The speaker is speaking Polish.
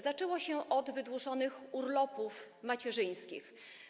Zaczęło się od wydłużonych urlopów macierzyńskich.